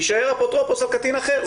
יישאר אפוטרופוס על קטין אחר.